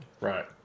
Right